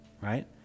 right